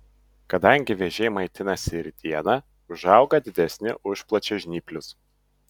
kadangi vėžiai maitinasi ir dieną užauga didesni už plačiažnyplius